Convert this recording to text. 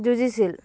যুঁজিছিল